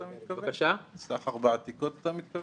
סחר בעתיקות אתה מתכוון?